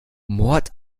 mord